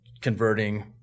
converting